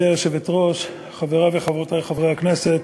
גברתי היושבת-ראש, חברי וחברותי חברי הכנסת,